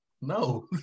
No